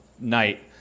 night